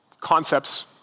concepts